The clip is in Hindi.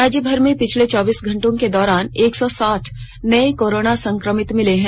राज्यभर में पिछले चौबीस घंटे के दौरान एक सौ साठ नए कोरोना संक्रमित मिले हैं